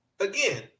again